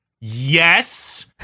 Yes